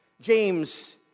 James